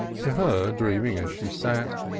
to her, dreaming as she sat,